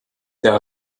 der